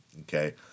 Okay